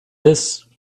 this